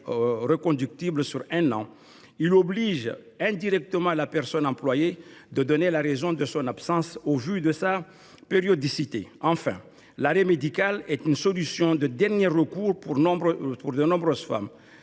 médical. En effet, il obligerait indirectement la personne employée à donner la raison de ses absences, au vu de leur périodicité. Enfin, l’arrêt médical est une solution de dernier recours pour de nombreuses femmes.